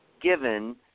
given